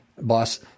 boss